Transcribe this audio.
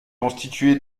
constitué